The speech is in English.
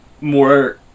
more